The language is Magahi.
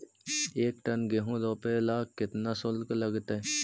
एक टन गेहूं रोपेला केतना शुल्क लगतई?